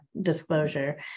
disclosure